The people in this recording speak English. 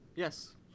Yes